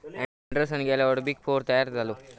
Anderson गेल्यार big four तयार झालो